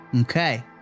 Okay